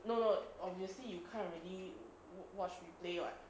no no obviously you can't really watch replay [what]